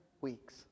weeks